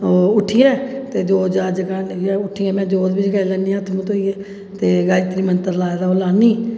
उट्ठियै ते जोत जात जगाई लैन्नी आं हत्थ मूंह् धोइयै ते गायत्री मंत्र लाए दा ओह् लान्नी